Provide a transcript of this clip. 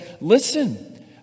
listen